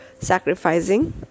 sacrificing